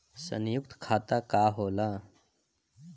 सयुक्त खाता का होला?